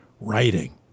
writing